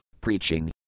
Preaching